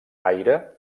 aire